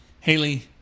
Haley